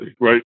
right